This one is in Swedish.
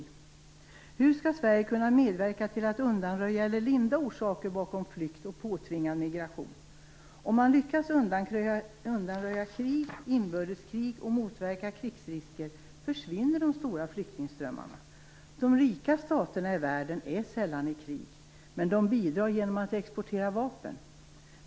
Hur skall Sverige kunna medverka till att undanröja eller lindra orsaker bakom flykt och påtvingad migration? Om man lyckas undanröja krig och inbördeskrig och motverka krigsrisker, försvinner de stora flyktingströmmarna. De rika staterna i världen är sällan i krig, men de bidrar genom att exportera vapen.